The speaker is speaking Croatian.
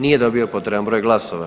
Nije dobio potreban broj glasova.